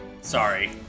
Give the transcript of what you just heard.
Sorry